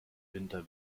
winter